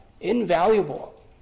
invaluable